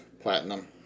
platinum